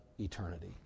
eternity